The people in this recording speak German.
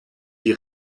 die